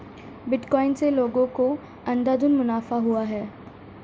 bitcoin से लोगों को अंधाधुन मुनाफा हुआ है